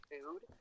Food